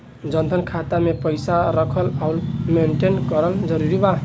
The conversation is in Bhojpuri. जनधन खाता मे पईसा रखल आउर मेंटेन करल जरूरी बा?